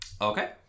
Okay